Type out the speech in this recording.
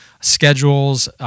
schedules